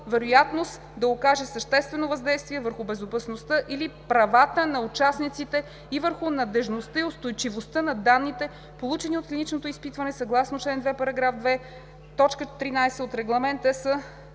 вероятност да окаже съществено въздействие върху безопасността или правата на участниците и върху надеждността и устойчивостта на данните, получени от клиничното изпитване съгласно чл. 2, параграф 2, точка 13 от Регламент (ЕС)